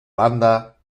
banda